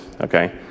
Okay